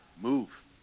move